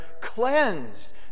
cleansed